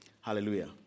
Hallelujah